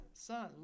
son